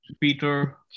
Peter